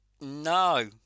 No